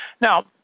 Now